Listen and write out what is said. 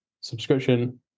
subscription